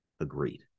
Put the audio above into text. agreed